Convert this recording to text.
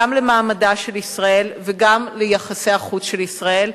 גם למעמדה של ישראל וגם ליחסי החוץ של ישראל,